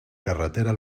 carretera